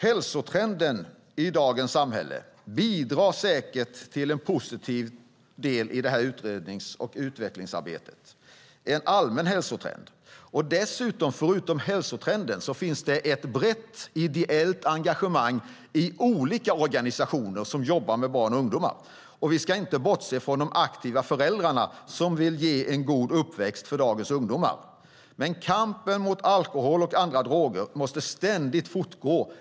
Hälsotrenden i dagens samhälle bidrar säkert till en positiv del i detta utrednings och utvecklingsarbete. Det är en allmän hälsotrend. Förutom hälsotrenden finns det ett brett ideellt engagemang i olika organisationer som jobbar med barn och ungdomar. Vi ska inte heller bortse från de aktiva föräldrar som vill ge en god uppväxt till dagens ungdomar. Men kampen mot alkohol och andra droger måste ständigt fortgå.